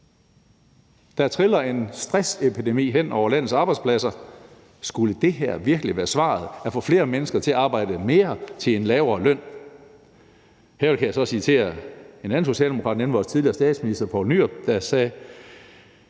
Der triller en stressepidemi hen over landets arbejdspladser. Skulle det her virkelig være svaret, altså at få flere mennesker til at arbejde mere til en lavere løn? Her kan jeg så citere en anden socialdemokrat, nemlig vores tidligere statsminister Poul Nyrup Rasmussen,